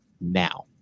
now